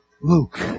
Luke